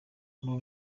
uru